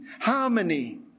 harmony